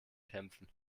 kämpfen